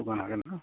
जौगानो हागोन